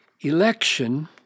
election